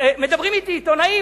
מדברים אתי עיתונאים,